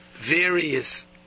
various